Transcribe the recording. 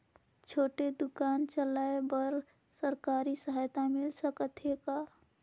छोटे दुकान चलाय बर सरकारी सहायता मिल सकत हे का?